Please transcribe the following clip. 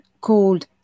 called